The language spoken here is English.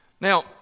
Now